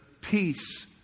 peace